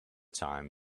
time